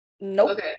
Nope